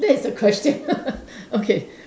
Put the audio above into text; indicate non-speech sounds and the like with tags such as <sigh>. that is the question <laughs> okay